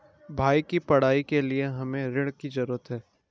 भाई की पढ़ाई के लिए हमे ऋण की जरूरत है